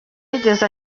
yigeze